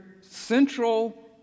central